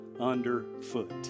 underfoot